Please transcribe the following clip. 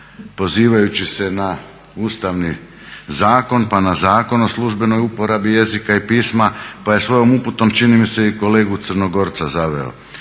pozivajući se na Ustavni zakon, pa na Zakon o službenoj uporabi jezika i pisma, pa je svojom uputom čini mi se i kolegu Crnogorca zaveo.